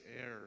air